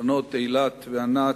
הבנות אילת וענת,